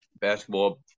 Basketball